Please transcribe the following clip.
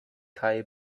kaj